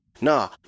Nah